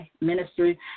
ministry